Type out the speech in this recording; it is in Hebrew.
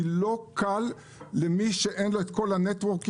כי לא קל למי שאין לו את כל הנטוורקים,